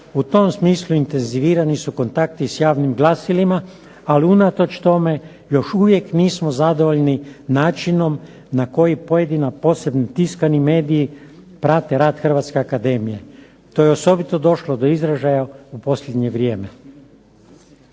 U tom smislu intenzivirani su kontakti s javnim glasilima, ali unatoč tome još uvijek nismo zadovoljni načinom na koji pojedina posebni tiskani mediji prate rad hrvatske akademije. To je osobito došlo do izražaja u posljednje vrijeme.